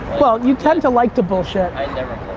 well, you tend to like to bullshit. i never